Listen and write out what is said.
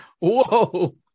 Whoa